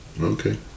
Okay